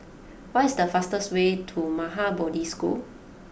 what is the fastest way to Maha Bodhi School